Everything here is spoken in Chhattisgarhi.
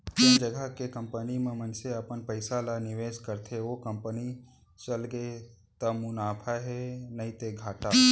जेन जघा के कंपनी म मनसे अपन पइसा ल निवेस करथे ओ कंपनी चलगे त मुनाफा हे नइते घाटा